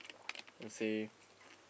her say